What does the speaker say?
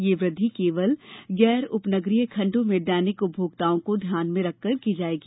यह वृद्धि केवल गैर उपनगरीय खंडो में दैनिक उपभोक्ताओं को ध्यान में रखकर की जाएगी